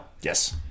Yes